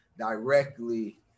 directly